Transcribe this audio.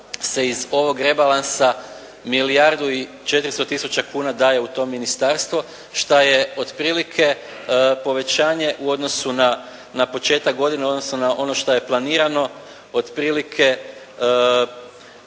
iz ovog rebalansa milijardu i 400 tisuća kuna daje u to Ministarstvo što je otprilike povećanje u odnosu na početak godine odnosno na ono što je planirano otprilike